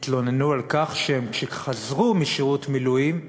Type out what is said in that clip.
התלוננו על כך שכשהם חזרו משירות מילואים,